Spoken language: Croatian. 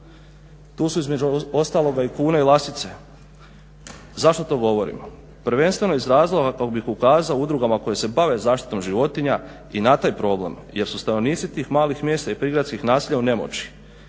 Tu su između ostaloga i kune i lasice. Zašto to govorimo? Prvenstveno iz razloga kako bih ukazao udrugama koje se bave zaštitom životinja i na taj problem jer su stanovnici tih malih mjesta i prigradskih naselja u nemoći.